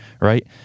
right